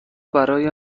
برای